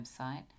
website